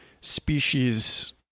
species